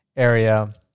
Area